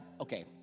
okay